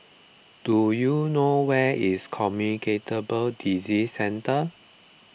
do you know where is Communicable Disease Centre